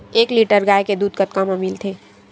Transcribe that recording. एक लीटर गाय के दुध कतका म मिलथे?